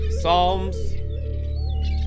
Psalms